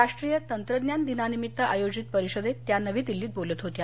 राष्ट्रीय तंत्रज्ञान दिनानिमित्त आयोजित परिषदेत त्या नवी दिल्लीत बोलत होत्या